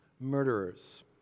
murderers